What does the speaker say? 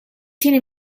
tieni